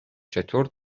چطور